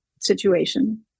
situation